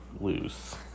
loose